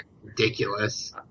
ridiculous